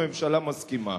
הממשלה מסכימה.